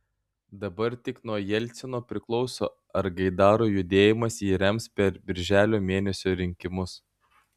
dabar tik nuo jelcino priklauso ar gaidaro judėjimas jį rems per birželio mėnesio rinkimus